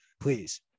please